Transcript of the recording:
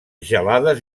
gelades